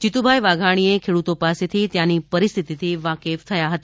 જીતુભાઇ વાઘાણી ખેડૂતો પાસેથી ત્યાંની પરિસ્થિતિથી વાકેફ થયા હતા